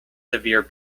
severe